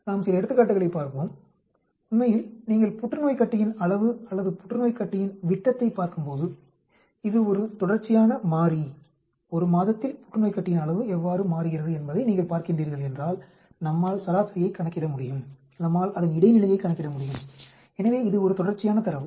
நாம் சில எடுத்துக்காட்டுகளைப் பார்ப்போம் உண்மையில் நீங்கள் புற்றுநோய் கட்டியின் அளவு அல்லது புற்றுநோய் கட்டியின் விட்டத்தை பார்க்கும்போது இது ஒரு தொடர்ச்சியான மாறி 1 மாதத்தில் புற்றுநோய் கட்டியின் அளவு எவ்வாறு மாறுகிறது என்பதை நீங்கள் பார்க்கின்றீர்கள் என்றால் நம்மால் சராசரியைக் கணக்கிட முடியும் நம்மால் அதன் இடைநிலையைக் கணக்கிட முடியும் எனவே இது ஒரு தொடர்ச்சியான தரவு